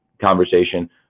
conversation